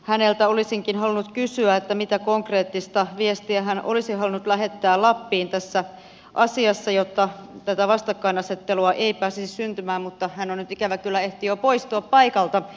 häneltä olisinkin halunnut kysyä mitä konkreettista viestiä hän olisi halunnut lähettää lappiin tässä asiassa jotta tätä vastakkainasettelua ei pääsisi syntymään mutta hän ikävä kyllä ehti jo poistua paikalta